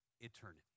eternity